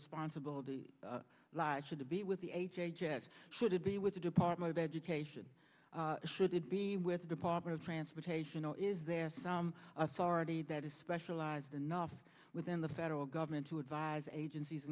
responsibility lie should be with the h h s should it be with the department of education should it be with the department of transportation or is there some authority that is specialized enough within the federal government to advise agencies